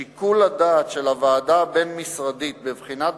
שיקול הדעת של הוועדה הבין-משרדית בבחינת